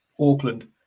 Auckland